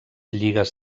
lligues